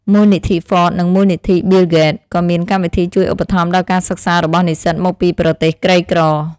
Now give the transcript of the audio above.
មូលនិធិហ្វត (Ford)និងមូលនិធិប៊ីលហ្គេត(Bill Gates) ក៏មានកម្មវិធីជួយឧបត្ថម្ភដល់ការសិក្សារបស់និស្សិតមកពីប្រទេសក្រីក្រ។